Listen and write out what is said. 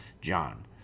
John